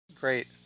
great